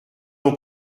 non